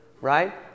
right